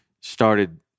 started